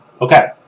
Okay